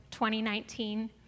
2019